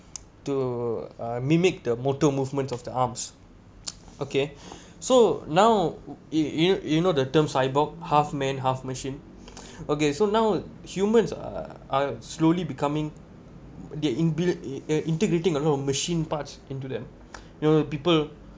to uh mimic the motor movements of the arms okay so now if you you know the term cyborg half man half machine okay so now humans uh are slowly becoming the inbuilt in~ integrating a lot of machine parts into them you know people